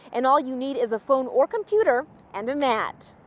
and all you need is a phone or computer and a mat.